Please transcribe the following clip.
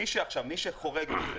מי שחורג מזה